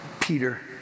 Peter